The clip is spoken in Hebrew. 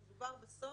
בסוף מדובר בלהבין